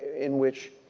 in which